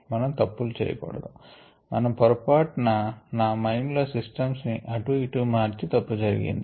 మనము తప్పులు చేయకూడదు నేను పొరపాటున నా మైండ్ లో సిస్టమ్స్ ని అటు ఇటు మార్చి తప్పు జరిగింది